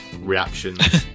reactions